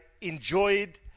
enjoyed